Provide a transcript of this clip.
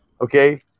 okay